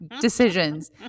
decisions